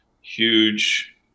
huge